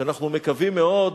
שאנחנו מקווים מאוד